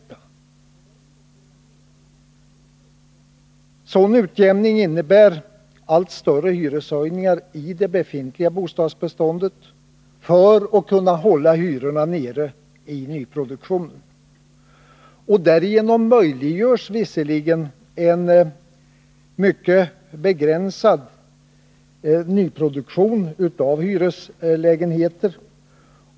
En sådan utjämning innebär allt större hyreshöjningar i det befintliga bostadsbeståndet för att man skall kunna hålla hyrorna nere i nyproduktionen. Därigenom möjliggörs visserligen en mycket begränsad nyproduktion av hyreslägenheter.